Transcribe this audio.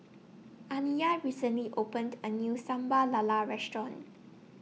Aniyah recently opened A New Sambal Lala Restaurant